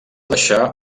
deixà